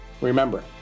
Remember